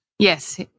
Yes